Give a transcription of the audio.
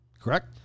correct